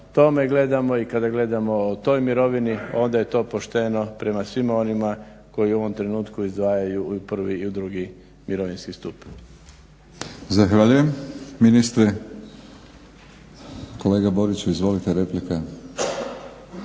tome gledamo i kada gledamo o toj mirovini onda je to pošteno prema svima onima koji u ovom trenutku izdvajaju u prvi i u drugi mirovinski stup. **Batinić, Milorad (HNS)** Zahvaljujem ministre. Kolega Boriću izvolite, replika.